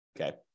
Okay